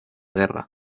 guerra